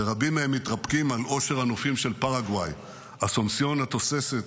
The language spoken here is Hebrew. ורבים מהם מתרפקים על עושר הנופים של פרגוואי: אסונסיון התוססת,